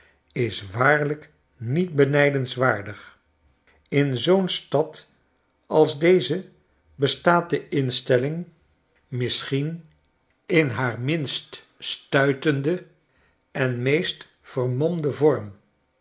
is waarlijk niet benydenswaardig in zoo'n stad als deze bestaat de mstelling misschien in haar minst stuitenden en meest vermomden vorm